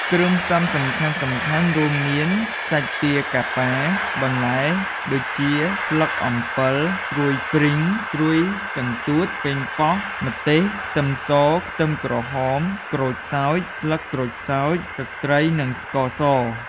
គ្រឿងផ្សំសំខាន់ៗរួមមាន សាច់ទាកាប៉ា, បន្លែដូចជា ស្លឹកអំពិល, ត្រួយព្រីង, ត្រួយកន្ទួត, ប៉េងប៉ោះ, ម្ទេស, ខ្ទឹមស, ខ្ទឹមក្រហម, ក្រូចសើច, ស្លឹកក្រូចសើច, ទឹកត្រី និងស្ករស។